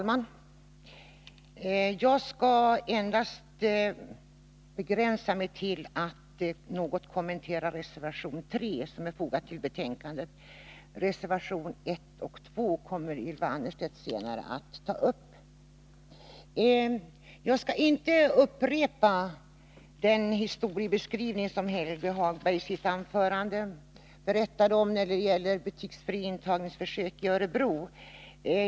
Herr talman! Jag skall begränsa mig till att något kommentera reservation 3 i betänkandet. Reservationerna 1 och 2 kommer Ylva Annerstedt senare att ta upp. Jag skall inte upprepa den historieskrivning som Helge Hagberg gjorde i sitt anförande när det gäller försöken i Örebro med betygsfri intagning.